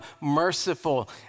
merciful